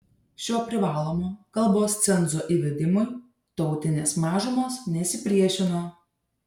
šio privalomo kalbos cenzo įvedimui tautinės mažumos nesipriešino